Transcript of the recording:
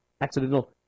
Accidental